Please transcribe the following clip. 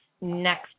next